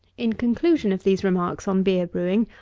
in conclusion of these remarks on beer brewing,